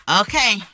Okay